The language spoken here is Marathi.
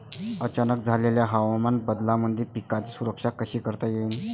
अचानक झालेल्या हवामान बदलामंदी पिकाची सुरक्षा कशी करता येईन?